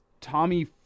Tommy